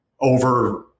over